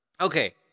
Okay